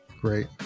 Great